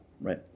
right